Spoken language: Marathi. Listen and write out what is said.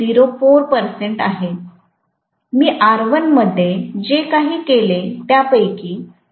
०4 टक्के आहे मी R1 मध्ये जे केले आहे त्यापैकी ०